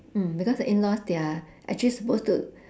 mm because the in laws they are actually suppose to